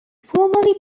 formerly